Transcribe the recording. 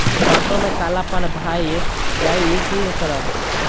सरसों में कालापन भाय जाय इ कि करब?